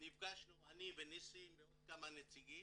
נפגשנו אני וניסים ועוד כמה נציגים.